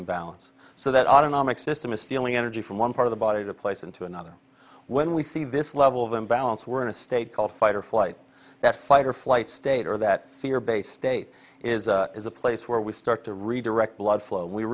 imbalance so that autonomic system is feeling energy from one part of the body to place into another when we see this level of imbalance we're in a state called fight or flight that fight or flight state or that fear based state is is a place where we start to redirect blood flow we